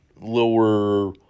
lower